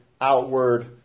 outward